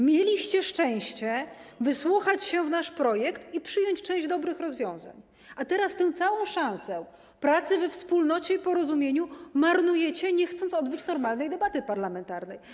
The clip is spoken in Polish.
Mieliście szczęście wsłuchać się w nasz projekt i przyjąć część dobrych rozwiązań, a teraz marnujecie tę szansę pracy we wspólnocie i porozumieniu, nie chcąc odbyć normalnej debaty parlamentarnej.